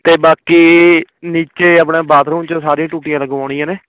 ਅਤੇ ਬਾਕੀ ਨੀਚੇ ਆਪਣੇ ਬਾਥਰੂਮ 'ਚ ਸਾਰੀਆਂ ਟੂਟੀਆਂ ਲਗਵਾਉਣੀਆਂ ਨੇ